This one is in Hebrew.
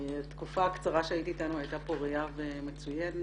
התקופה הקצרה שהיית אתנו היתה פורייה ומצוינת,